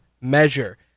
measure